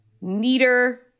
neater